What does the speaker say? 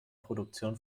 produktion